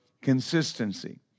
consistency